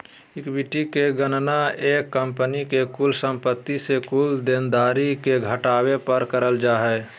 equity के गणना एक कंपनी के कुल संपत्ति से कुल देनदारी के घटावे पर करल जा हय